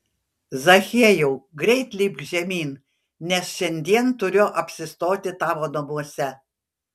zachiejau greit lipk žemyn nes šiandien turiu apsistoti tavo namuose